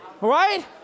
right